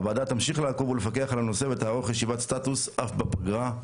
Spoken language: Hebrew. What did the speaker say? הוועדה תמשיך לעקוב ולפקח על הנושא ותערוך ישיבת סטטוס אף בפגרה.